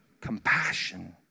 compassion